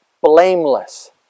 blameless